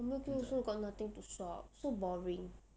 ang mo kio also got nothing to shop so boring